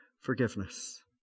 forgiveness